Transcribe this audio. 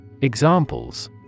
Examples